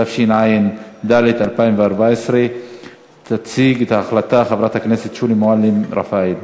התשע"ד 2014. תציג את ההחלטה חברת הכנסת שולי מועלם-רפאלי.